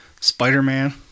Spider-Man